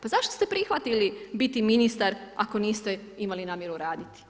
Pa zašto ste prihvatili biti ministar ako niste imali namjeru raditi?